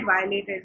violated